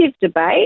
debate